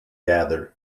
gathered